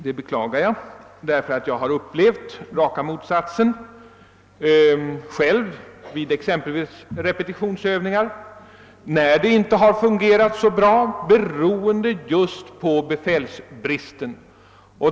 Jag beklagar det svaret, ty jag har själv upplevt raka motsatsen, exempelvis vid repetitionsövningar som inte gått så bra, beroende just på befälsbristen.